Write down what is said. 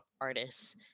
artists